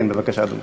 כן, בבקשה, אדוני.